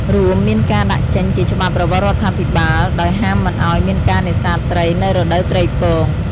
រួមមានការដាក់ចេញជាច្បាប់របស់រដ្ឋាភិបាល ដោយហាមមិនអោយមានការនេសាទត្រី នៅរដូវត្រីពង។